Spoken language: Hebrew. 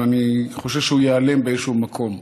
ואני חושש שהוא ייעלם באיזשהו מקום,